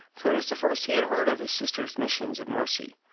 for it was the first he had heard of his sister's missions of mercy,